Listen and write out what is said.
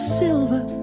silver